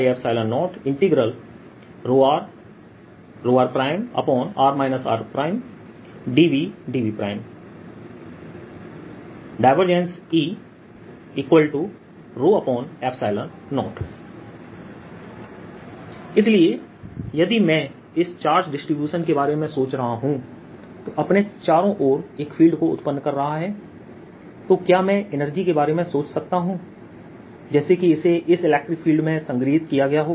dVdV E0 इसलिए यदि मैं इस चार्ज डिसटीब्यूशन के बारे में सोच रहा हूँ जो अपने चारों ओर इस फील्ड को उत्पन्न कर रहा है तो क्या मैं एनर्जी के बारे में सोच सकता हूँ जैसे कि इसे इस इलेक्ट्रिक फील्ड में संग्रहीत किया गया हो